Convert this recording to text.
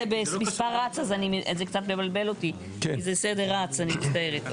זה קצת מבלבל אותי בגלל שזה בסדר רץ, אני מצטערת.